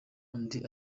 undi